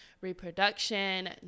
reproduction